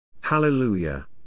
Hallelujah